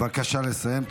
בבקשה לסיים.